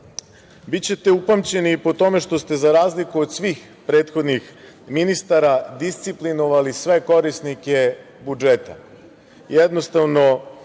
račune. Bićete upamćeni i po tome što ste za razliku od svih prethodnih ministara disciplinovali sve korisnike budžeta.